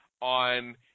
on